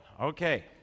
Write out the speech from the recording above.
Okay